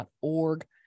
org